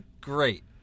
Great